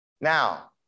Now